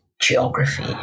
geography